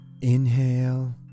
Inhale